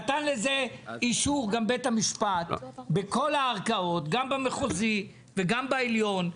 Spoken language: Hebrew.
גם בית המשפט נתן לזה אישור בכל הערכאות; גם במחוזי וגם בעליון.